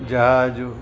जहाज